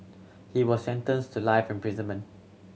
he was sentenced to life imprisonment